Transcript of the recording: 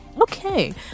okay